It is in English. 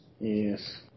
Yes